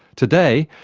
today,